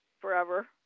Forever